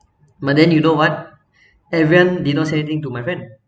but then you know what everyone did not say anything to my friend